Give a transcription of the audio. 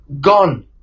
gone